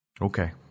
Okay